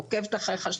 עוקבת אחריך,